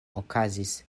okazis